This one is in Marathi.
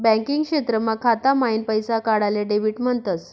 बँकिंग क्षेत्रमा खाता माईन पैसा काढाले डेबिट म्हणतस